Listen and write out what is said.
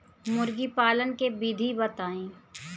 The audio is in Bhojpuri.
मुर्गीपालन के विधी बताई?